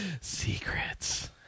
Secrets